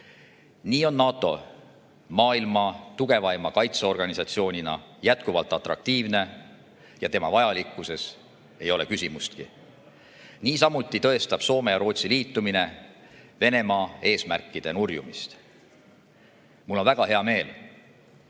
Nii on NATO maailma tugevaima kaitseorganisatsioonina jätkuvalt atraktiivne ja tema vajalikkuses ei ole küsimustki. Niisamuti tõestab Soome ja Rootsi liitumine Venemaa eesmärkide nurjumist. Mul on väga hea meel,